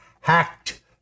hacked